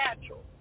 natural